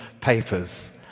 papers